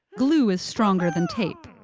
glue is stronger than tape,